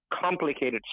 complicated